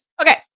Okay